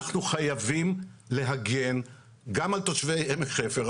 אנחנו חייבים להגן גם על תושבי עמק חפר,